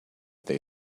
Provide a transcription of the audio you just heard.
they